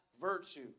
virtue